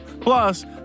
Plus